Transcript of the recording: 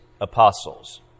apostles